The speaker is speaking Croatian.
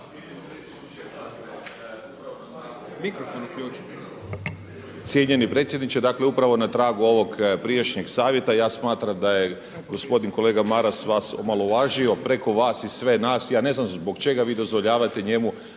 Cijenjeni predsjedniče, dakle upravo na tragu ovog prijašnjeg savjeta ja smatram da je gospodin kolega Maras vas omalovažio, preko vas i sve nas. Ja ne znam zbog čega vi dozvoljavate njemu